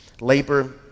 labor